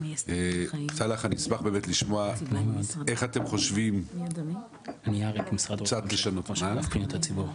נשמע את משרד מבקר המדינה,